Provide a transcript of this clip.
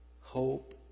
Hope